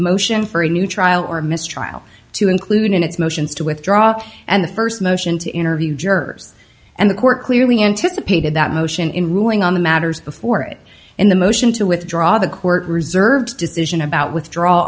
motion for a new trial or mistrial to include in its motions to withdraw and the first motion to interview jurors and the court clearly anticipated that motion in ruling on the matters before it in the motion to withdraw the court reserve's decision about withdraw